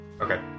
Okay